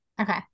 okay